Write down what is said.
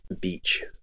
Beach